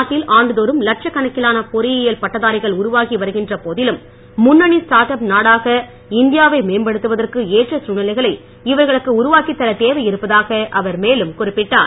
நாட்டில் ஆண்டுதோறும் லட்சக்கணக்கிலான பொறியியல் பட்டதாரிகள் உருவாகி வருகின்ற போதிலும் முன்னணி ஸ்டார்ட் மேம்படுத்துவதற்கு ஏற்ற சூழ்நிலைகளை இவர்களுக்கு உருவாக்கித் தர தேவையிருப்பதாக அவர் மேலும் குறிப்பிட்டார்